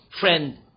friend